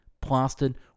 plastered